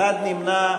אחד נמנע.